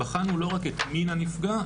בחנו לא רק את מין הנפגע,